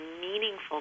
meaningful